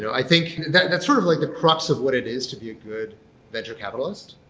i think that's sort of like the crux of what it is to be a good venture capitalist,